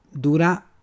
Dura